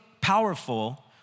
powerful